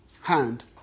hand